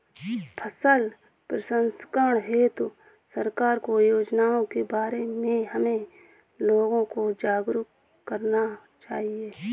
फसल प्रसंस्करण हेतु सरकार की योजनाओं के बारे में हमें लोगों को जागरूक करना चाहिए